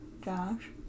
Josh